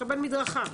מקבל מדרכה.